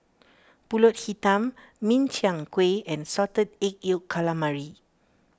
Pulut Hitam Min Chiang Kueh and Salted Egg Yolk Calamari